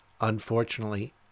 unfortunately